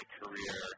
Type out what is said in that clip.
career